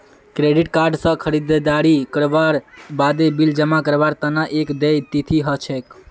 credit card स खरीददारी करवार बादे बिल जमा करवार तना एक देय तिथि ह छेक